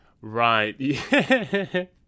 right